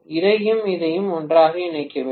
இதையும் இதையும் ஒன்றாக இணைக்க வேண்டும்